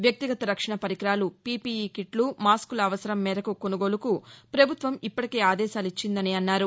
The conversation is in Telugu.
వ్యక్తిగత రక్షణ పరికరాలు పీపీఈ కిట్లు మాస్కుల అవసరం మేరకు కొనుగోలుకు ప్రభుత్వం ఇప్పటికే ఆదేశాలిచ్చిందన్నారు